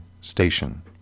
station